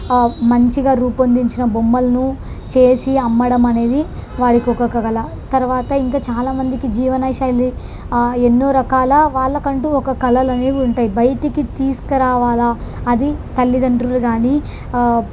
మంచిగా రూపొందించిన బొమ్మల్ను చేసి అమ్మడం అనేది వాళ్ళకి ఒక కళ తర్వాత ఇంకా చాలామందికి జీవనశైలి ఎన్నో రకాల వాళ్ళకంటూ ఒక కళలనేవి ఉంటాయి బయటికి తీసకరావాలి అది తల్లిదండ్రులు కానీ